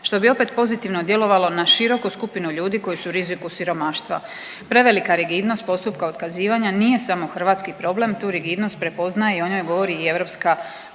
što bi opet pozitivno djelovalo na široku skupinu ljudi koji su u riziku od siromaštva. Prevelika rigidnost postupka otkazivanja nije samo hrvatski problem, tu rigidnost prepoznaje i o njoj govori i Europska